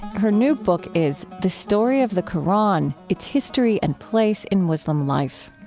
her new book is the story of the qur'an its history and place in muslim life.